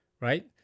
right